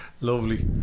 Lovely